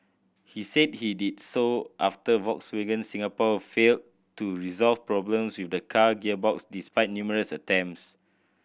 he said he did so after Volkswagen Singapore failed to resolve problems with the car gearbox despite numerous attempts